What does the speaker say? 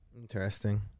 Interesting